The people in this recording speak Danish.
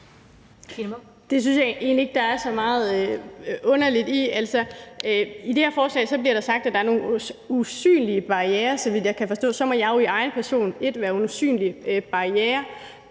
Det synes jeg egentlig ikke der er så meget underligt i. Altså, i det her forslag bliver det sagt, at der er nogle usynlige barrierer, så vidt jeg kan forstå. Så må jeg jo i egen person være en usynlig barriere.